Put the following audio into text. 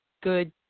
good